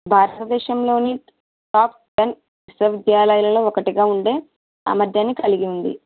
భారత దేశంలోని top ten విశ్వవిద్యాలయాలలో ఒకటిగా ఉండే సామర్థ్యాన్ని కలిగి ఉంది